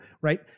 right